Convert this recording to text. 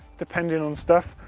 depending on stuff.